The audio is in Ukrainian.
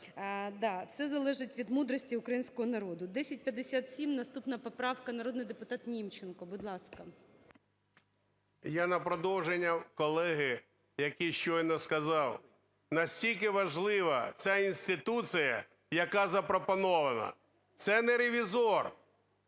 це залежить від мудрості українського народу. 1057 наступна поправка. Народний депутат Німченко, будь ласка. 17:09:30 НІМЧЕНКО В.І. Я на продовження колеги, який щойно сказав, наскільки важлива ця інституція, яка запропонована. Це не ревізор.